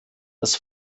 das